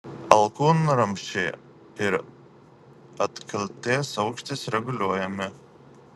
alkūnramsčiai ir atkaltės aukštis reguliuojami